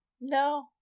No